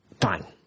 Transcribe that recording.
Fine